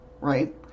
right